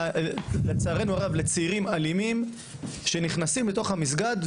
לטרוריסטים ולצעירים אלימים שנכנסים לתוך המסגד.